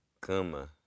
cama